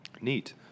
Neat